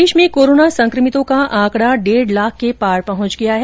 प्रदेश में कोरोना संक्रमितों का आंकड़ा डेढ़ लाख के पार पहुंच गया है